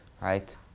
right